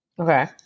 Okay